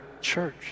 church